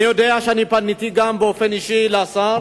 אני פניתי גם באופן אישי לשר,